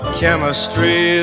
chemistry